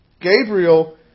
Gabriel